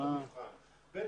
ב',